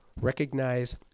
recognize